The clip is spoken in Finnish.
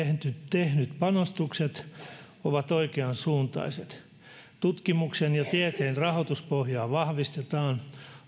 tehdyt panostukset ovat oikeansuuntaiset tutkimuksen ja tieteen rahoituspohjaa vahvistetaan